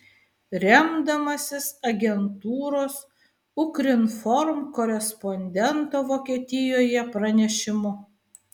remdamasis agentūros ukrinform korespondento vokietijoje pranešimu